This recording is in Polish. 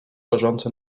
leżący